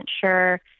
sure